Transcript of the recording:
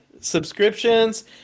Subscriptions